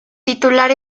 titular